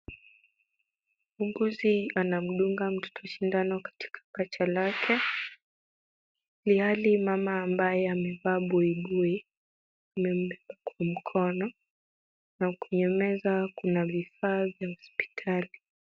Muuguzi anamdunga mtoto sindano katika paja lake ilhali mama ambaye amevaa buibui amembeba kwenye mkono na kwenye meza kuna vifaa vya hospitali.